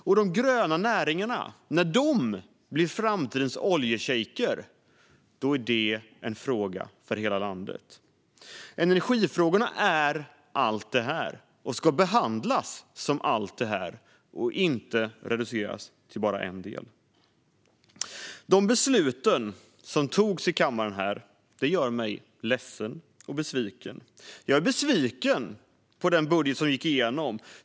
När de gröna näringarna blir framtidens oljeschejker är det en fråga för hela landet. Energifrågorna är allt detta och ska behandlas som allt detta, inte reduceras till bara en del. De beslut som togs i kammaren gör mig ledsen och besviken. Jag är besviken över den budget som gick igenom.